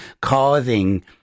causing